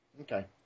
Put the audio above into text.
Okay